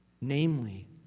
namely